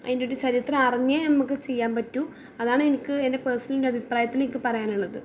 അതിൻ്റെ ഒരു ചരിത്രം അറിഞ്ഞേ നമുക്ക് ചെയ്യാൻ പറ്റൂ അതാണ് എനിക്ക് എൻ്റെ പേർസണൽ ഒരു അഭിപ്രായത്തിൽ എനിക്ക് പറയാനുള്ളത്